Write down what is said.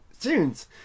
tunes